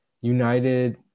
United